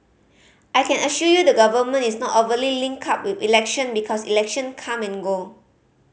I can assure you the Government is not overly linked up with election because election come and go